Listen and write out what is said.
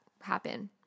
happen